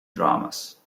dramas